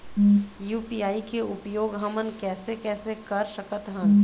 UPI के उपयोग हमन कैसे कैसे कर सकत हन?